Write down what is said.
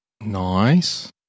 Nice